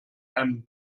einem